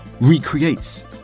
recreates